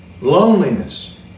loneliness